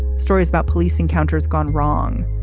stories about police encounters gone wrong.